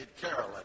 Carolyn